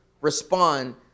respond